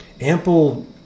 ample